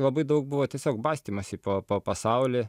labai daug buvo tiesiog bastymosi po po pasaulį